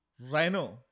Rhino